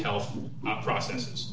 health processes